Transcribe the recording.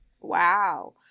Wow